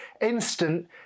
instant